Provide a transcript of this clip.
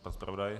Pan zpravodaj?